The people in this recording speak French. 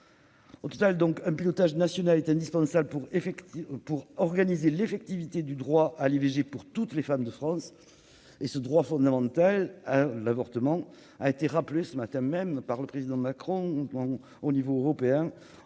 élevés. Un pilotage national est donc indispensable pour organiser l'effectivité du droit à l'IVG pour toutes les femmes de France. Ce droit fondamental à l'avortement a été rappelé ce matin même par le Président Macron au niveau européen,